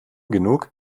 genug